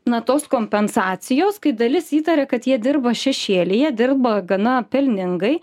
na tos kompensacijos kai dalis įtaria kad jie dirba šešėlyje dirba gana pelningai